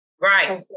Right